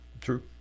True